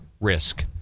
risk